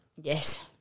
Yes